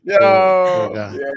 Yo